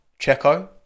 Checo